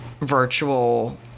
virtual